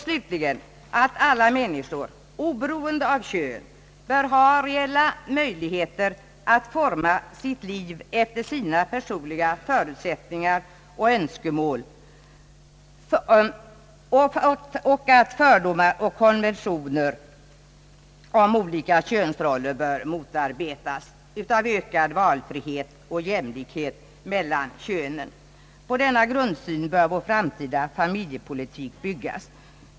Slutligen skall alla människor oberoende av kön ha möjligheter att forma sitt liv efter sina personliga förutsättningar och önskemål, Fördomar och konventioner om olika könsroller bör motarbetas genom ökad valfrihet och jämlikhet mellan könen, På denna grundsyn bör vår framtida familjepolitik byggas.